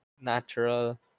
natural